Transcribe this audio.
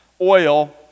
oil